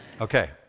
Okay